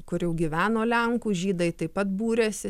kur jau gyveno lenkų žydai taip pat būrėsi